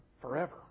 forever